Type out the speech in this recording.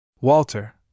Walter